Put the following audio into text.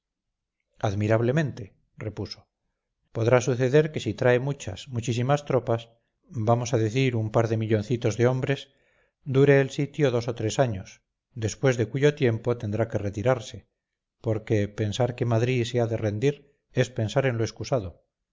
apuro admirablemente repuso podrá suceder que si trae muchas muchísimas tropas vamos al decir un par de milloncitos de hombres dure el sitio dos o tres años después de cuyo tiempo tendrá que retirarse porque pensar que madrid se ha de rendir es pensar en lo excusado